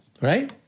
right